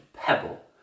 pebble